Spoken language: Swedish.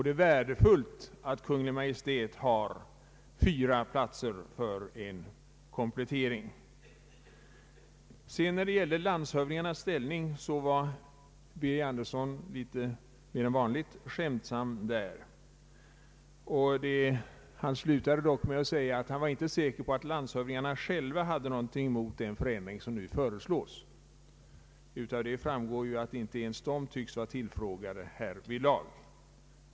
Det är vidare värdefullt att Kungl. Maj:t har fyra platser för erforderlig komplettering. När det gäller landshövdingarnas ställning var herr Birger Andersson mer än vanligt skämtsam. Han slutade med att säga att han inte var säker på att landshövdingarna själva hade någonting emot den förändring som nu föreslås. Av detta framgår att inte ens landshövdingarna tycks vara tillfrågade härvidlag.